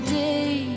day